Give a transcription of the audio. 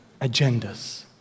agendas